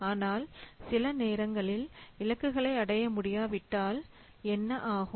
ஆனால் சில நேரங்களில் இலக்குகளை அடைய முடியா விட்டால் என்ன ஆகும்